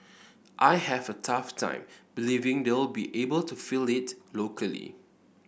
I have a tough time believing they'll be able to fill it locally